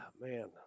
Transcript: Man